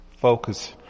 focus